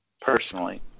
personally